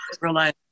realize